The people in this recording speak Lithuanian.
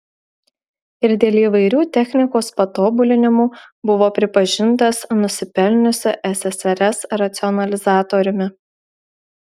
ir dėl įvairių technikos patobulinimų buvo pripažintas nusipelniusiu ssrs racionalizatoriumi